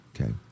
okay